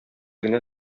генә